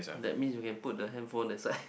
that means you can put the handphone that side